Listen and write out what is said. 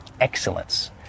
excellence